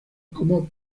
como